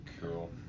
Cool